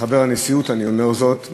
כחבר נשיאות אני אומר זאת,